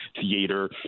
theater